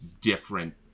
different